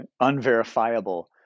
unverifiable